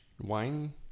Wine